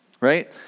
Right